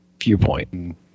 viewpoint